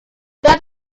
that